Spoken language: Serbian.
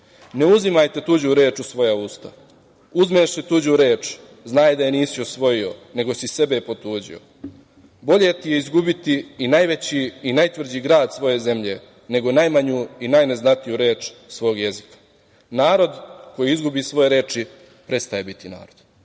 Ne uzimajte tuđu reč u svoja usta. Uzmeš li tuđu reč, znaj da je nisi osvojio, nego si sebe potuđio. Bolje ti je izgubiti i najveći i najtvrđi grad svoje zemlje, nego najmanju i najneznatiju reč svog jezika. Narod koji izgubi svoje reči, prestaje biti narod.“Hvala.